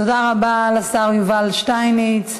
תודה רבה לשר יובל שטייניץ.